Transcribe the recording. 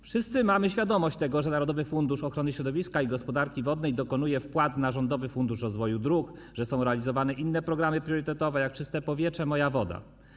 Wszyscy mamy świadomość tego, że Narodowy Fundusz Ochrony Środowiska i Gospodarki Wodnej dokonuje wpłat na Rządowy Fundusz Rozwoju Dróg, że są realizowane inne programy priorytetowe, jak „Czyste powietrze”, „Moja woda”